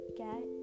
get